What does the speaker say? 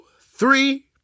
three